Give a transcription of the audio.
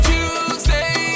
Tuesday